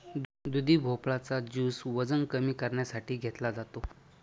दुधी भोपळा चा ज्युस वजन कमी करण्यासाठी घेतला जातो